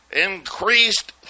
increased